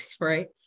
right